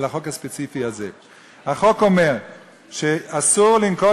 לגבי החוק הספציפי הזה שאומר שאסור לנקוט